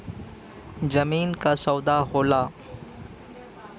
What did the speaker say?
जमीन क सौदा होला